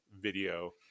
video